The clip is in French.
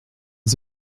les